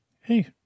hey